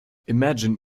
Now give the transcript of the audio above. imagined